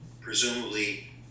presumably